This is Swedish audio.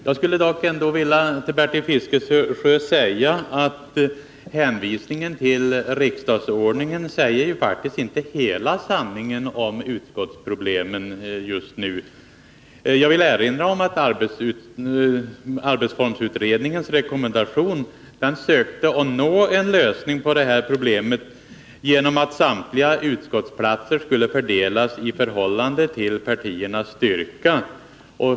Jag skulle dock vilja säga till Bertil Fiskesjö att hänvisningen till riksdagsordningen inte säger hela sanningen om utskottsproblemen just nu. Jag vill erinra om att arbetsformsutredningen försökte nå en lösning på detta problem genom sin rekommendation att samtliga utskottsplatser skulle fördelas i förhållande till partiernas styrka.